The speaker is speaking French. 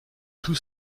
tous